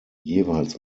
jeweils